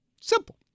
Simple